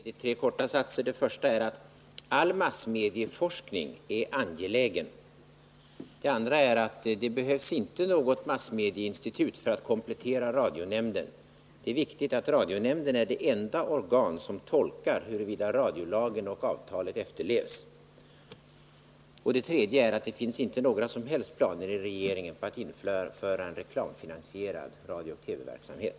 Herr talman! Georg Andersson har efterlyst besked. Jag vill ge honom besked i tre korta satser. Det första är att all massmedieforskning är angelägen. Det andra är att det inte behövs något massmedieinstitut för att komplettera radionämnden. Det är viktigt att radionämnden är det enda organ som tolkar huruvida radiolagen och avtalet efterlevs. Det tredje är att det i regeringen inte finns några som helst planer på att införa en reklamfinansierad radiooch TV-verksamhet.